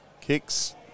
Kicks